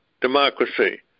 democracy